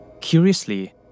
Curiously